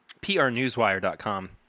PRNewsWire.com